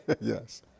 yes